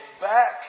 back